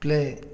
play